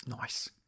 Nice